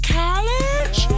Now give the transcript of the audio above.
college